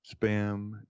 spam